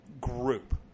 group